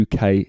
UK